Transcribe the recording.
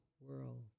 world